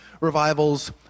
revivals